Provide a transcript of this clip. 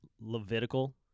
Levitical